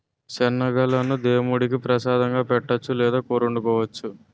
శనగలను దేముడికి ప్రసాదంగా పెట్టొచ్చు లేదా కూరొండుకోవచ్చు